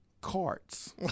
Carts